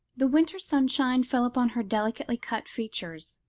the winter sunshine fell upon her delicately cut features,